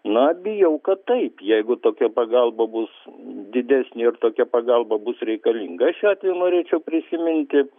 na bijau kad taip jeigu tokia pagalba bus didesnė ir tokia pagalba bus reikalinga šiuo atveju norėčiau prisiminti